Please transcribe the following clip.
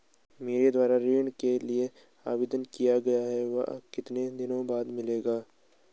मेरे द्वारा ऋण के लिए आवेदन किया गया है वह कितने दिन बाद मिलेगा?